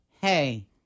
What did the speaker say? hey